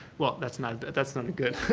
well, that's not that's not a good